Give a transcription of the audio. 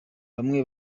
bamwe